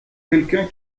quelqu’un